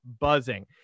buzzing